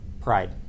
Pride